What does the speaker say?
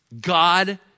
God